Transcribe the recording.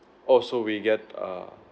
oh so we get uh